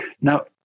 Now